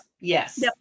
yes